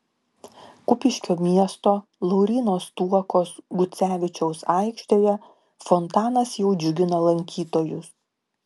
kupiškio miesto lauryno stuokos gucevičiaus aikštėje fontanas jau džiugina lankytojus